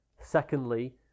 Secondly